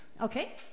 Okay